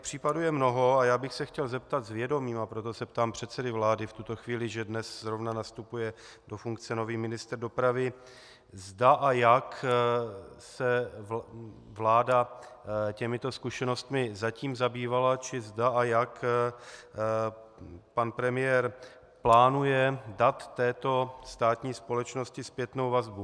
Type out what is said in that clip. Případů je mnoho, a já bych se chtěl zeptat s vědomím, a proto se ptám předsedy vlády v tuto chvíli, že dnes zrovna nastupuje do funkce nový ministr dopravy, zda a jak se vláda těmito zkušenostmi zatím zabývala, či zda a jak pan premiér plánuje dát této státní společnosti zpětnou vazbu.